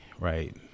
Right